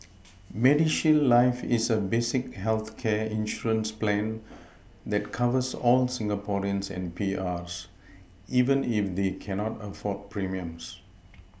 MediShield life is a basic healthcare insurance plan that covers all Singaporeans and P R's even if they cannot afford premiums